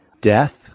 death